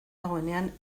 dagoenean